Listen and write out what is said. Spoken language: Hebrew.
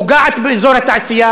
פוגעת באזור התעשייה,